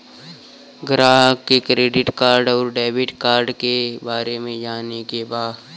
ग्राहक के credit card और डेविड कार्ड के बारे में जाने के बा?